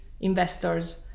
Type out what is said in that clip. investors